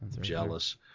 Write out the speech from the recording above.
Jealous